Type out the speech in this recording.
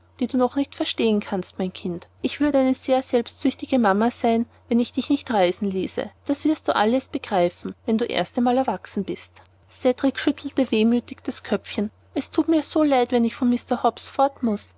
die du noch nicht verstehen kannst mein kind ich würde eine sehr selbstsüchtige mama sein wenn ich dich nicht reisen ließe das wirst du alles begreifen wenn du erst erwachsen bist cedrik schüttelte wehmütig das köpfchen es thut mir so leid wenn ich von mr hobbs fort muß